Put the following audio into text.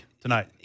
tonight